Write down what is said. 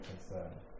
concern